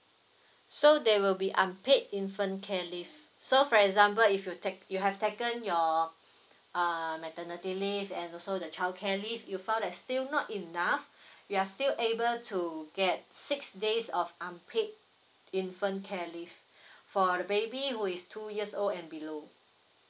so there will be unpaid infant care leave so for example if you take you have taken your err maternity leave and also the childcare leave you found that still not enough we are still able to get six days of unpaid infant care leave for a baby who is two years old and below